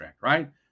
right